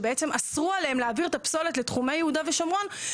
שבעצם אסרו עליהם להעביר את הפסולת לתחומי יהודה ושומרון,